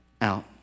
out